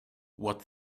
what